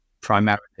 primarily